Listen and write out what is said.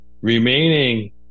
remaining